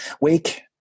wake